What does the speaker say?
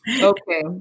okay